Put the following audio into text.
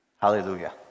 Hallelujah